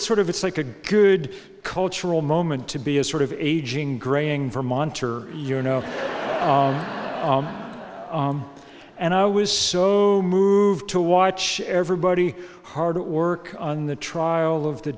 of sort of it's like a good cultural moment to be a sort of aging greying vermonter you know and i was so moved to watch everybody hard at work on the trial of the